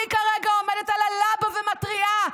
אני כרגע עומדת על הלבה ומתריעה: